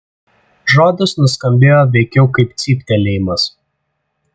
žodis nuskambėjo veikiau kaip cyptelėjimas